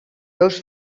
veus